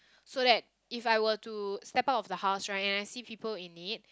so that if I were to step out of the house right and I see people in need